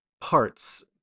parts